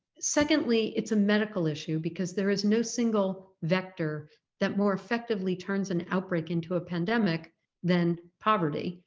secondly it's a medical issue because there is no single vector that more effectively turns an outbreak into a pandemic than poverty.